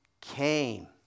came